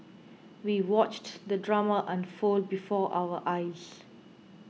we watched the drama unfold before our eyes